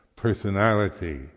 Personality